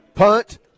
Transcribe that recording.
Punt